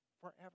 forever